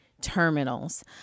terminals